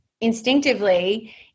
instinctively